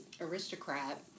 Aristocrat